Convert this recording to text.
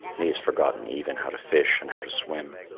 and he has forgotten even how to fish and how to swim.